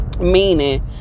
Meaning